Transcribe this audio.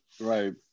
Right